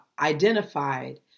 identified